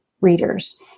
readers